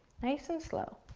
nice and slow.